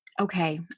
okay